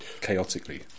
chaotically